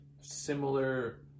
similar